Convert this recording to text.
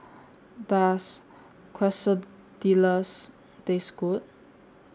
Does Quesadillas Taste Good